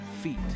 feet